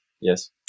yes